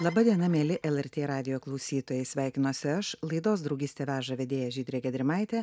laba diena mieli lrt radijo klausytojai sveikinuosi aš laidos draugystė veža vedėja žydrė giedrimaitė